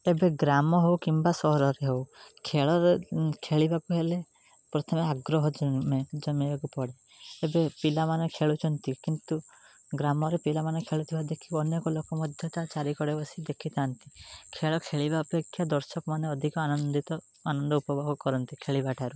ଏବେ ଗ୍ରାମ ହେଉ କିମ୍ବା ସହରରେ ହେଉ ଖେଳରେ ଖେଳିବାକୁ ହେଲେ ପ୍ରଥମ ଆଗ୍ରହ ଜନ୍ମେ ଜନ୍ମେଇବାକୁ ପଡ଼େ ପିଲାମାନେ ଖେଳୁଛନ୍ତି କିନ୍ତୁ ଗ୍ରାମରେ ପିଲାମାନେ ଖେଳୁଥିବା ଦେଖି ଅନ୍ୟ ଲୋକ ମଧ୍ୟ ତା ଚାରିକଡ଼େ ବସି ଦେଖିଥାନ୍ତି ଖେଳ ଖେଳିବା ଅପେକ୍ଷା ଦର୍ଶକମାନେ ଅଧିକ ଆନନ୍ଦିତ ଆନନ୍ଦ ଉପଭୋଗ କରନ୍ତି ଖେଳିବା ଠାରୁ